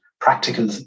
practical